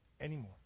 anymore